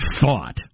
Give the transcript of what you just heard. thought